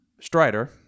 Strider